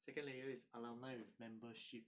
second layer is alumni with membership